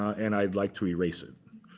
and i'd like to erase it.